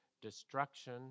destruction